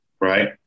right